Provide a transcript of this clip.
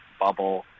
bubble